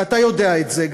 ואתה יודע את זה,